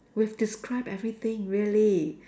we've described everything really